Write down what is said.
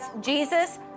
Jesus